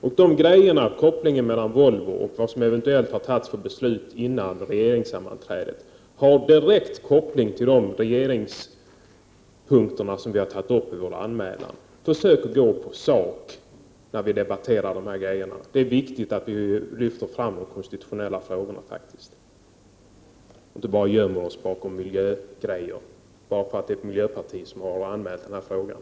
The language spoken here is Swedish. Och kopplingen mellan Volvo och de beslut som eventuellt har tagits före regeringssammanträdet har direkt samband med de regeringsfrågor som vi har tagit upp i vår anmälan. Försök se till sak när vi debatterar dessa frågor! Det är faktiskt viktigt att vi lyfter fram de konstitutionella frågorna och inte gömmer oss bakom miljögrejer bara för att det är ett miljöparti som har anmält dessa frågor.